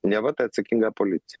neva tai atsakinga policija